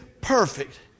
perfect